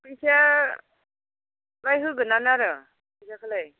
फैसायालाय होगोनानो आरो फैसाखौलाय